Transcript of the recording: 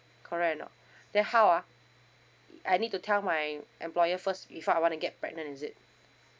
correct or not then how ah I need to tell my employer first fi I want to get pregnant is it